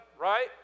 right